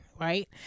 Right